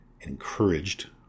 encouraged